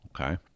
okay